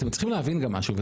אתם צריכים גם להבין משהו,